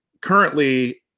currently